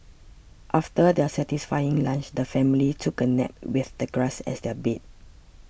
after their satisfying lunch the family took a nap with the grass as their bed